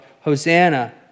Hosanna